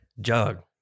Jug